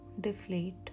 deflate